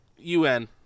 UN